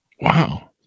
wow